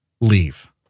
leave